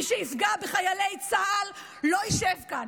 מי שיפגע בחיילי צה"ל לא ישב כאן,